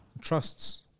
Trusts